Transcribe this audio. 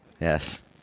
Yes